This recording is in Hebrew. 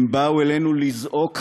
הם באו אלינו לזעוק "הצילו".